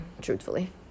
truthfully